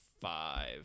five